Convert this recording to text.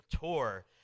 Tour